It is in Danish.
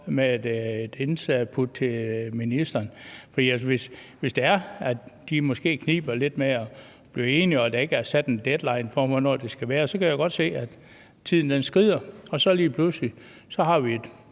med et input til til ministeren. For hvis det måske kniber lidt med at blive enige og der ikke er sat en deadline for, hvornår de skal være det, så kan jeg godt se, at tiden skrider, og så har vi lige pludselig et